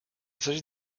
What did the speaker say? s’agit